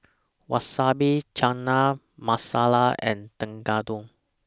Wasabi Chana Masala and Tekkadon